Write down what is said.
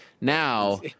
now